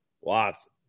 Watson